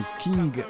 King